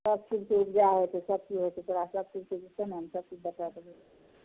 सबचीजके उपजा होइ छै सबचीज होइ छै तोहरा सबचीज छै ने हम सबचीज बतै देबौ